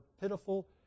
pitiful